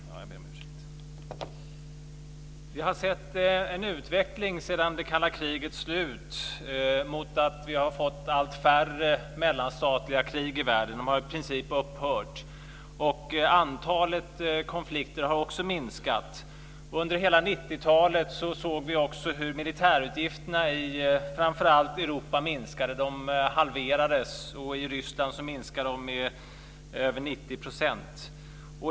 Fru talman! Ärade ledamöter i kammaren! Protokollsläsare! Vi har sett en utveckling sedan det kalla krigets slut mot allt färre mellanstatliga krig i världen. De har i princip upphört. Antalet konflikter har också minskat. Under hela 90-talet såg vi också hur militärutgifterna i framför allt Europa minskade, ja, halverades. I Ryssland minskade de med över 90 %.